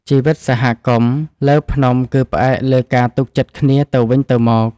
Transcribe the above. ជីវិតសហគមន៍លើភ្នំគឺផ្អែកលើការទុកចិត្តគ្នាទៅវិញទៅមក។